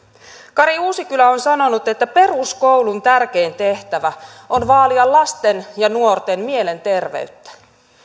kari uusikylä on sanonut että peruskoulun tärkein tehtävä on vaalia lasten ja nuorten mielenterveyttä